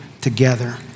together